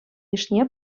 йышне